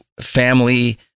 family